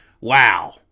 wow